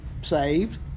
saved